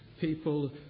people